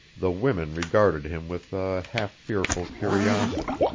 the women regarded him with a half-fearful curiosity.